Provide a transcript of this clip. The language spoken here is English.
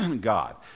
God